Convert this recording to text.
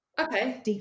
Okay